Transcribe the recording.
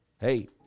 Hey